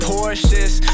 Porsches